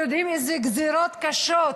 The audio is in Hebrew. ואנחנו יודעים אילו גזרות קשות